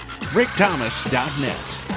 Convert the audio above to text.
RickThomas.net